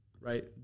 right